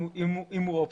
אם הוא אופציה.